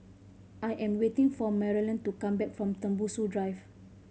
I am waiting for Maralyn to come back from Tembusu Drive